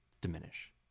diminish